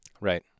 Right